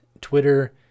Twitter